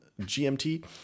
GMT